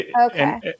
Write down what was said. Okay